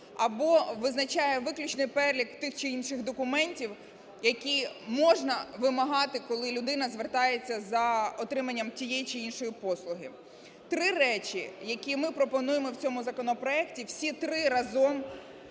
або визначає виключний перелік тих чи інших документів, які можна вимагати, коли людина звертається за отриманням тієї чи іншої послуги. Три речі, які ми пропонуємо в цьому законопроекті, всі три разом